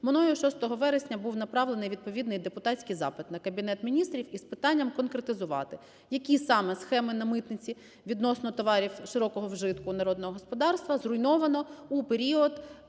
мною 6 вересня був направлений відповідний депутатський запит на Кабінет Міністрів із питанням конкретизувати, які саме схеми на митниці відносно товарів широкого вжитку народного господарства зруйновано у період